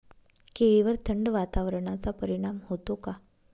केळीवर थंड वातावरणाचा परिणाम होतो का?